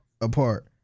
apart